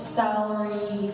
salary